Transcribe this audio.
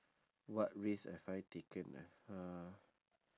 what risk have I taken ah